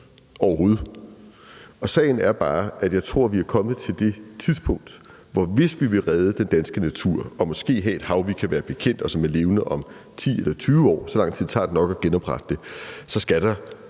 overhovedet. Sagen er bare, at jeg tror, at vi er kommet til det tidspunkt, hvor der nok skal tages fat på en anden måde, hvis vi vil redde den danske natur og måske have et hav, som vi kan være bekendt, og som er levende om 10 eller 20 år. Så lang tid tager det nok at genoprette det. Og igen